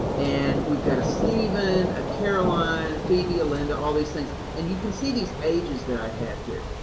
and we've got a stephen, a caroline, a phoebe, a linda, all these things. and you can see these ages that i have here.